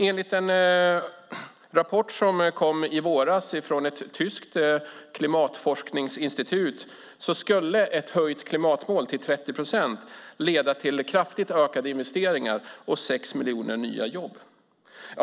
Enligt en rapport som kom i våras från ett tyskt klimatforskningsinstitut skulle ett höjt klimatmål till 30 procent leda till kraftigt ökade investeringar och 6 miljoner nya jobb.